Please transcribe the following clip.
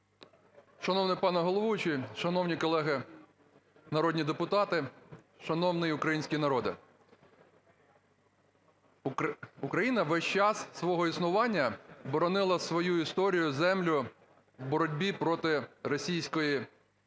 Шановний пане головуючий! Шановні колеги народні депутати! Шановний український народе! Україна весь час свого існування боронила свою історію, землю в боротьбі проти Російської Федерації,